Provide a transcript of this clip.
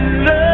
love